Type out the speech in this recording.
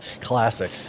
Classic